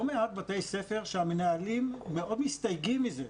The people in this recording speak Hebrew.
מעט בתי ספר שהמנהלים מאוד מסתייגים מזה,